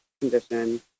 condition